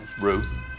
Ruth